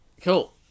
Cool